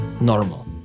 normal